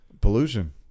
Pollution